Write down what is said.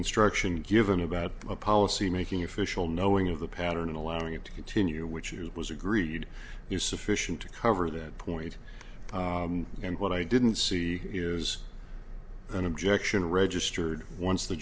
instruction given about a policy making official knowing of the pattern and allowing it to continue which it was agreed you sufficient to cover that point and what i didn't see is an objection registered once the